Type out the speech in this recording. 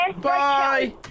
Bye